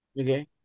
okay